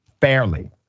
fairly